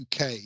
UK